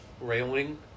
railing